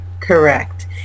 Correct